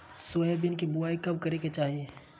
Soybean के बुआई कब करे के चाहि?